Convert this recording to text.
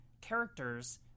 characters